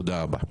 תודה רבה.